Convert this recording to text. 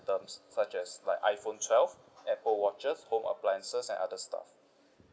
items such as like iphone twelve apple watches home appliances and other stuff